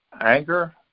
anger